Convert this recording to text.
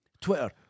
Twitter